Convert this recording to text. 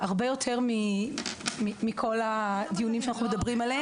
הרבה יותר מכל הדיוני שאנחנו מדברים עליהם.